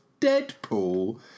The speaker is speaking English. Deadpool